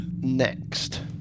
Next